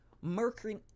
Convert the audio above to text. Mercury